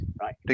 right